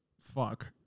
fuck